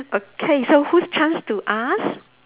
okay so who's chance to ask